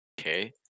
Okay